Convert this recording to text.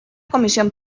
comisión